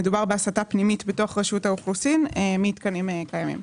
מדובר בהסטה פנימית בתוך רשות האוכלוסין מתקנים קיימים.